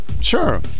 Sure